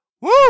woo